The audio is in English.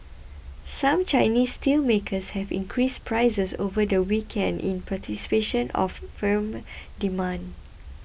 some Chinese steelmakers have increased prices over the weekend in participation of firmer demand